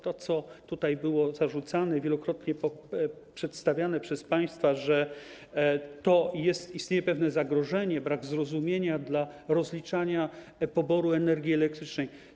Było tutaj zarzucane i wielokrotnie przedstawiane przez państwa to, że istnieje pewne zagrożenie, brak zrozumienia dla rozliczania poboru energii elektrycznej.